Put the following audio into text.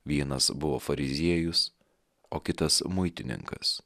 vienas buvo fariziejus o kitas muitininkas